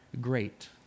great